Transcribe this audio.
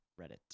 Reddit